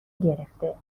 گرفته